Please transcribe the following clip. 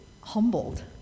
humbled